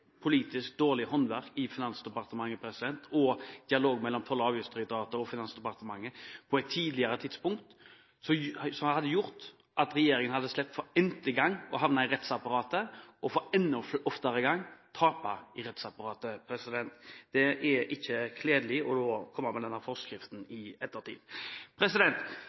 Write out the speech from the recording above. politisk håndverk i Finansdepartementet og i dialogen mellom Toll- og avgiftsdirektoratet og Finansdepartementet på et tidligere tidspunkt. Hadde det vært bedre, hadde regjeringen sluppet å havne i rettsapparatet for n’te gang og tape i rettsapparatet for mer enn n’te gang. Det er ikke kledelig å komme med denne forskriften i ettertid.